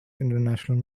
international